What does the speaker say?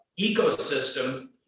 ecosystem